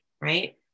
right